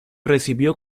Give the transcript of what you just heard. recibió